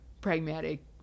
pragmatic